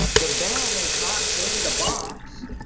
the band is not in the box.